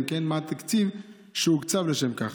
אם כן, מה התקציב שהוקצב לשם כך?